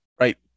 Right